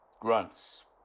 Grunts